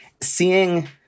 Seeing